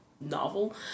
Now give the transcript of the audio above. novel